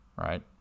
right